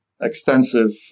extensive